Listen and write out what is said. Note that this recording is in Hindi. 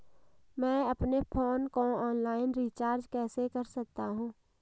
मैं अपने फोन को ऑनलाइन रीचार्ज कैसे कर सकता हूं?